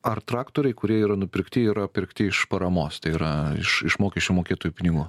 ar traktoriai kurie yra nupirkti yra pirkti iš paramos tai yra iš iš mokesčių mokėtojų pinigų